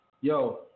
Yo